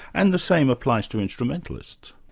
and the same applies to instrumentalists.